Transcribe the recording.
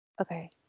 Okay